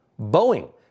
Boeing